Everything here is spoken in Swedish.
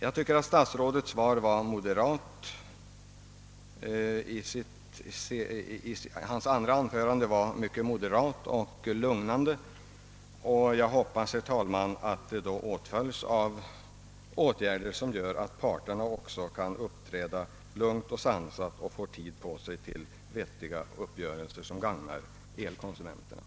Jag tycker att statsrådets andra anförande var förhållandevis moderat och lugnande, och jag hoppas därför, herr talman, att det åtföljs av åtgärder som gör att också parterna kan uppträda lugnt och sansat och får tid på sig till vettiga uppgörelser som gagnar elkonsumenterna.